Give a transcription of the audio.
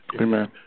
Amen